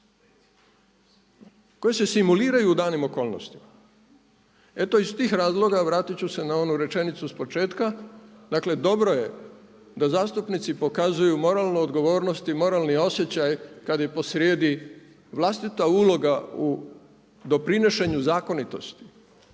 koje se simuliraju u danim okolnostima. Eto iz tih razloga vratit ću se na onu rečenicu s početka, dakle dobro je da zastupnici pokazuju moralnu odgovornost i moralni osjećaj kada je posrijedi vlastita uloga u doprinošenju zakonitosti,